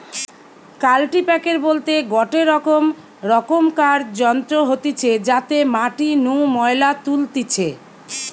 কাল্টিপ্যাকের বলতে গটে রকম র্কমকার যন্ত্র হতিছে যাতে মাটি নু ময়লা তুলতিছে